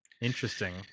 interesting